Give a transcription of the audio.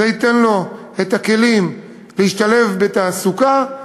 זה ייתן לו את הכלים להשתלב בתעסוקה,